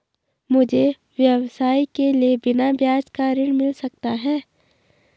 मुझे व्यवसाय के लिए बिना ब्याज का ऋण मिल सकता है?